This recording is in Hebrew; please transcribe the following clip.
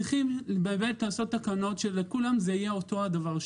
צריכים לעשות תקנות שלכולם זה יהיה אותו דבר,